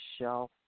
shelf